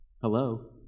Hello